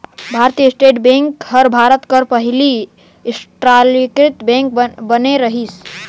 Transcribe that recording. भारतीय state bank हर भारत कर पहिल रास्टीयकृत बेंक बने रहिस